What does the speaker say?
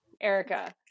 Erica